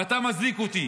ואתה מצדיק אותי,